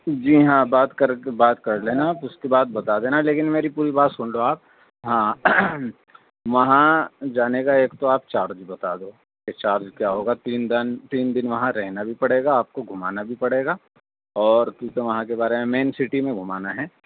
جی ہاں بات کر کے بات کر لینا آپ اس کے بعد بتا دینا لیکن میری پوری بات سن لو آپ ہاں وہاں جانے کا ایک تو آپ چارج بتا دو کہ چارج کیا ہوگا تین دن تین دن وہاں رہنا بھی پڑے گا آپ کو گھمانا بھی پڑے گا اور کیونکہ وہاں کے بارے میں مین سٹی میں گھمانا ہے